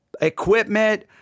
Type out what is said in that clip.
equipment